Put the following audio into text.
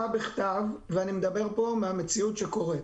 ואני מדבר פה על המציאות שקורית.